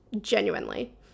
genuinely